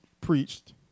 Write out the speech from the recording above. preached